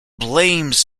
blames